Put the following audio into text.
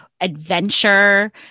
adventure